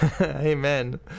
Amen